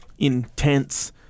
intense